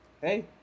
Hey